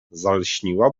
zalśniła